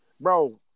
Bro